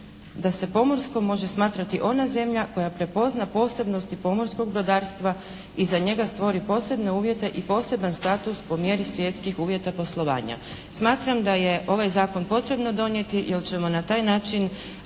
da se pomorskom može smatrati ona zemlja koja prepozna posebnosti pomorskog brodarstva i za njega stvori posebne uvjete i poseban status po mjeri svjetskih uvjeta poslovanja. Smatram da je ovaj zakon potrebno donijeti jer ćemo na taj način